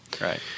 Right